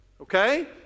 Okay